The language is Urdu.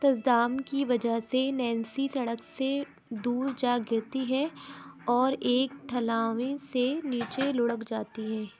تصدام کی وجہ سے نینسی سڑک سے دور جا گرتی ہے اور ایک سے نیچے لڑھک جاتی ہے